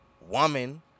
woman